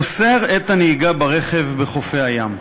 אוסר את הנהיגה ברכב בחופי הים.